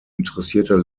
interessierte